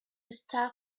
stuff